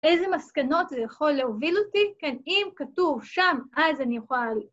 ‫איזה מסקנות זה יכול להוביל אותי? ‫כן, אם כתוב שם, אז אני יוכל...